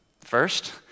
first